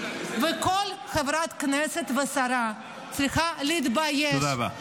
וכל חברת כנסת ושרה צריכה להתבייש -- תודה רבה.